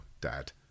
dad